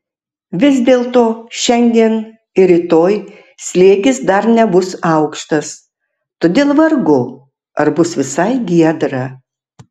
vis dėlto šiandien ir rytoj slėgis dar nebus aukštas todėl vargu ar bus visai giedra